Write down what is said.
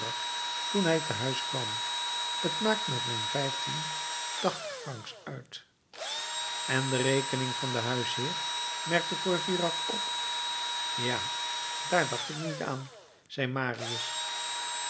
toen hij te huis kwam t maakt met mijn vijftien tachtig francs uit en de rekening van den huisheer merkte courfeyrac op ja daar dacht ik niet aan zei marius